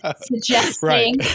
Suggesting